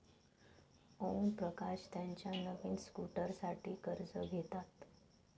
ओमप्रकाश त्याच्या नवीन स्कूटरसाठी कर्ज घेतात